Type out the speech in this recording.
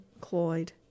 Cloyd